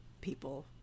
people